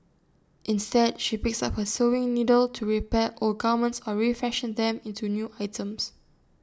instead she picks up her sewing needle to repair old garments or refashion them into new items